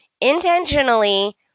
intentionally